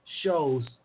shows